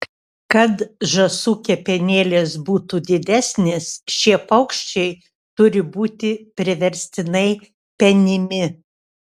kad žąsų kepenėlės būtų didesnės šie paukščiai turi būti priverstinai penimi